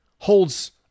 holds